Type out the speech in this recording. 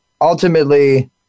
ultimately